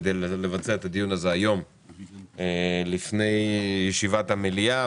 כדי לבצע את הדיון הזה היום לפני ישיבת המליאה.